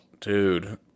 dude